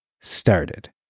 started